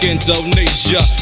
Indonesia